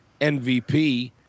MVP